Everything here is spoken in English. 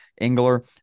Engler